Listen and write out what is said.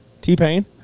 T-Pain